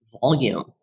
volume